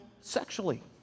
sexually